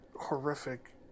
horrific